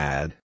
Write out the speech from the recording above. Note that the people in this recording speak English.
Add